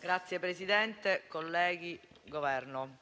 rappresentanti del Governo,